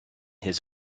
his